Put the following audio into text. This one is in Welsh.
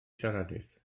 siaradus